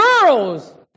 girls